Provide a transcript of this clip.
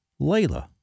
Layla